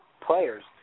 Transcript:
players